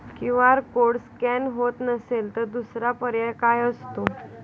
QR code scan होत नसेल तर दुसरा पर्याय काय असतो?